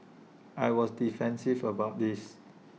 I was defensive about this